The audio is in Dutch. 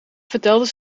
vertelden